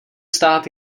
stát